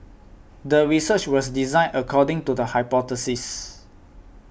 the research was designed according to the hypothesis